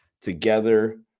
together